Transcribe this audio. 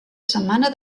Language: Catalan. setmana